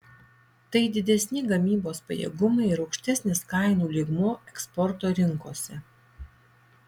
tai didesni gamybos pajėgumai ir aukštesnis kainų lygmuo eksporto rinkose